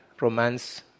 romance